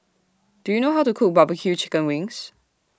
Do YOU know How to Cook Barbeque Chicken Wings